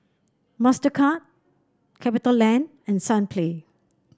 Mastercard Capitaland and Sunplay